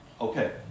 okay